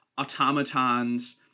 automatons